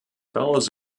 follows